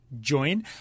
join